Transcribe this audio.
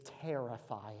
terrifying